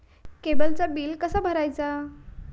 केबलचा बिल कसा भरायचा?